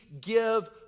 give